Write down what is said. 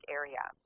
area